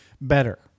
better